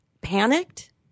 panicked